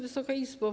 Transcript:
Wysoka Izbo!